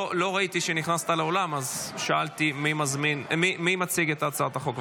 לא ראיתי שנכנסת לאולם אז שאלתי מי מציג את הצעת החוק.